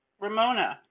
Ramona